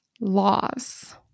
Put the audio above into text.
laws